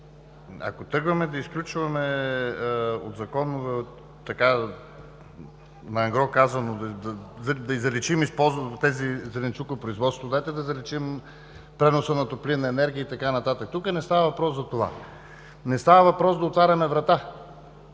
ако тръгваме да изключваме от Закона, така на ангро казано, да заличим зеленчукопроизводството, дайте да заличим преноса на топлинна енергия и така нататък. Тук не става въпрос за това. Не става въпрос да отваряме врата.